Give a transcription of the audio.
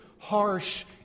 harsh